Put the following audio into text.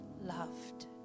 loved